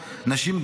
נשים,